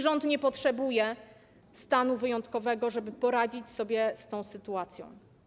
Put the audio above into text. Rząd nie potrzebuje stanu wyjątkowego, żeby poradzić sobie z tą sytuacją.